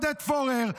עודד פורר.